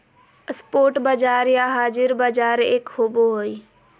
spot बाजार या हाज़िर बाजार एक होबो हइ